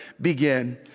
Begin